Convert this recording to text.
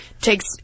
takes